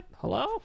hello